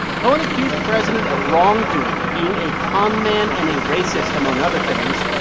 cohen accused the president of wrongdoing, being a con man and a racist, among other things,